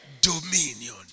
dominion